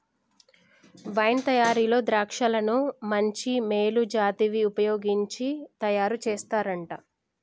wine తయారీలో ద్రాక్షలను మంచి మేలు జాతివి వుపయోగించి తయారు చేస్తారంట